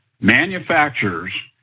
Manufacturers